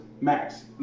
max